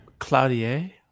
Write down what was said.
Claudier